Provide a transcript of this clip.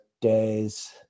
Days